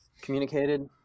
communicated